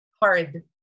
hard